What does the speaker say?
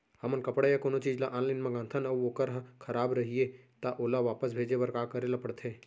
हमन कपड़ा या कोनो चीज ल ऑनलाइन मँगाथन अऊ वोकर ह खराब रहिये ता ओला वापस भेजे बर का करे ल पढ़थे?